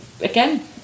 Again